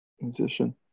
musician